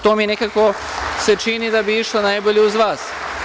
To mi se nekako čini da bi išlo najbolje uz vas.